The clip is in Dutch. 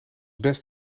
best